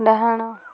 ଡାହାଣ